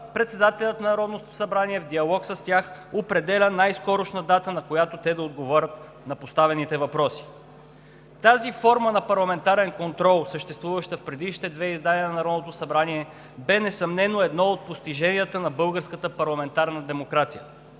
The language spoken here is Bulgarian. председателят на Народното събрание в диалог с тях определя най-скорошна дата, на която те да отговорят на поставените въпроси. Тази форма на парламентарен контрол, съществуваща в предишните две издания на Народното събрание, бе несъмнено едно от постиженията на българската парламентарна демокрация.